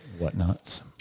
Whatnots